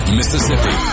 Mississippi